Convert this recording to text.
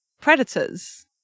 predators